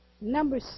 number